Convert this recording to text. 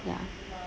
ya